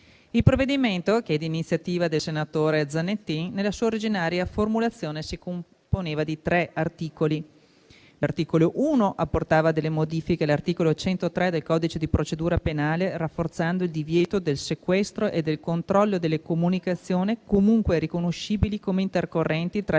Il provvedimento, di iniziativa del senatore Zanettin, nella sua originaria formulazione si componeva di tre articoli. L'articolo 1 apportava delle modifiche all'articolo 103 del codice di procedura penale, rafforzando il divieto del sequestro e del controllo delle comunicazioni, comunque riconoscibili come intercorrenti tra